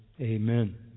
Amen